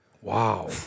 Wow